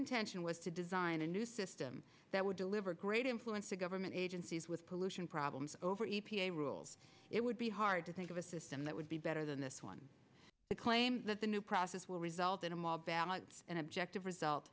intention was to design a new system that would deliver great influence to government agencies with pollution problems over e p a rules it would be hard to think of a system that would be better than this one the claim that the new process will result in a mall balance and objective result